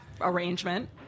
arrangement